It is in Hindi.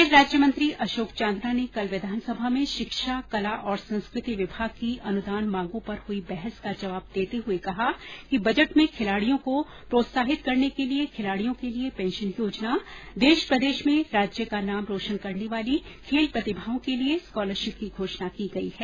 खेल राज्य मंत्री अशोक चांदना ने कल विधानसभा में शिक्षा कला और संस्कृति विभाग की अनुदान मांगों पर हुई बहस का जवाब देते हुए कहा कि बजट में खिलाड़ियों को प्रोत्साहित करने के लिए खिलाड़ियों के लिए पेंशन योजना देश प्रदेश में राज्य का नाम रोशन करने वाली खेल प्रतिभाओं के लिए स्कॉलरशिप की घोषणा की गई है